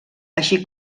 així